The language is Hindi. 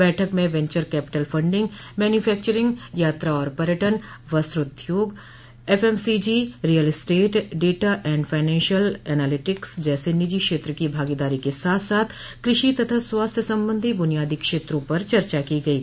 बैठक में वेंचर कैपिटल फंडिंग मैन्यूफैक्चरिंग यात्रा और पर्यटन वस्त्र उद्योग FMCG real estate data and financial analytics जैसे निजी क्षेत्र की भागीदारी के साथ साथ कृ षि तथा स्वास्थ्य संबंधी बुनियादी क्षेत्रों पर चर्चा की गयी